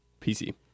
PC